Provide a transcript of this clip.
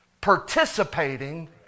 participating